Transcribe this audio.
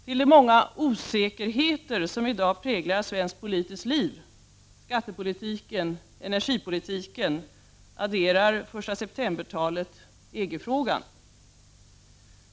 Till de många osäkerheter som i dag präglar svenskt politiskt liv, skattepolitiken, energipolitiken, adderar första september-talet EG-frågan.